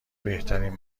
بهترین